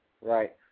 Right